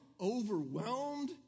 overwhelmed